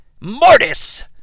Mortis